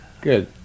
good